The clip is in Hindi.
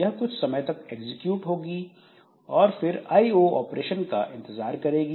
यह कुछ समय तक एग्जिक्यूट होगी और फिर आईओ ऑपरेशन IO operation का इंतजार करेगी